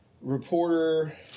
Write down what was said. reporter